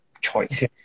choice